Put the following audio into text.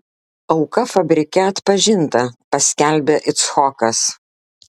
auka fabrike atpažinta paskelbė icchokas